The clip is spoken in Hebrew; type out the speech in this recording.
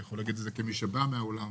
אני יכול להגיד את זה כמי שבא מהעולם,